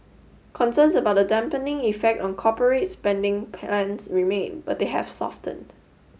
concerns about the dampening effect on corporate spending plans remain but they have softened